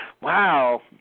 Wow